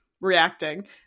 reacting